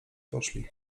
poszli